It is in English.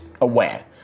aware